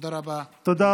תודה רבה, אדוני היושב-ראש.